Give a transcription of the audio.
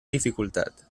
dificultad